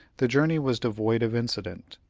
the journey was devoid of incident.